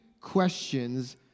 questions